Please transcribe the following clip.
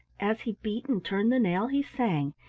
as he beat and turned the nail he sang,